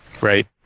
Right